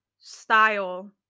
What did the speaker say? style